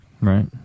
Right